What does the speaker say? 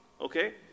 Okay